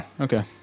Okay